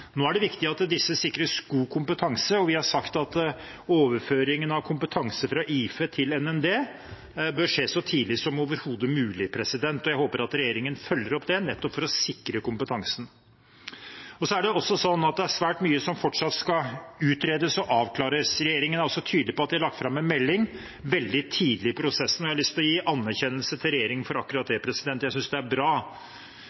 Nå er det viktig at disse sikres god kompetanse. Vi har sagt at overføringen av kompetanse fra IFE til NND bør skje så tidlig som overhodet mulig, og jeg håper at regjeringen følger opp det, nettopp for å sikre kompetansen. Det er svært mye som fortsatt skal utredes og avklares. Regjeringen er tydelig på at de har lagt fram en melding veldig tidlig i prosessen, og jeg har lyst til å gi anerkjennelse til regjeringen for akkurat